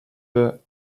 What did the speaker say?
the